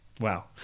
Wow